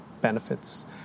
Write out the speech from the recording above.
benefits